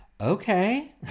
okay